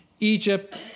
Egypt